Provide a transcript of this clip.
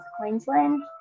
Queensland